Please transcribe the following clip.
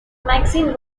magazine